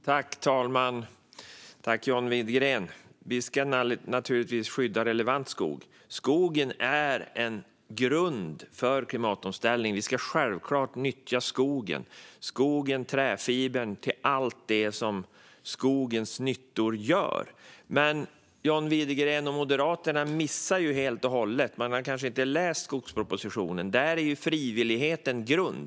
Fru talman! Vi ska naturligtvis skydda relevant skog. Skogen är en grund för klimatomställningen, och vi ska självklart nyttja skogen och träfibern till allt det som skogens nyttor gör. Men John Widegren och Moderaterna missar helt och hållet frivilligheten. Man kanske inte har läst skogspropositionen, men där är ju frivilligheten grund.